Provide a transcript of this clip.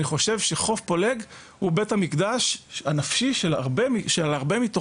אני חושב שחוף פולג הוא בית המקדש הנפשי של הרבה מתוכנו.